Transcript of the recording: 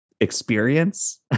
experience